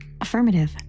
Affirmative